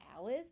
hours